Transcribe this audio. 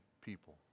people